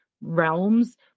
realms